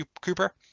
cooper